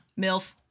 MILF